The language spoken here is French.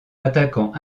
attaquant